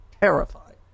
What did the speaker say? terrified